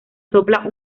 sopla